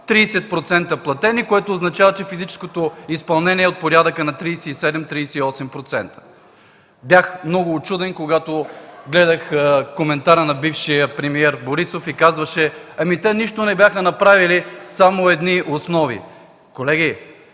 30% платени, което означава, че физическото изпълнение е от порядъка на 37-38%. Бях много учуден, когато гледах коментара на бившия премиер Борисов и казваше: „Ами те нищо не бяха направили, само едни основи”. Колеги,